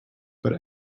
but